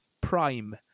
prime